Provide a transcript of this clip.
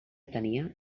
tenia